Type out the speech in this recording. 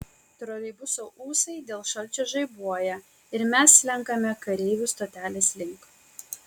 troleibuso ūsai dėl šalčio žaibuoja ir mes slenkame kareivių stotelės link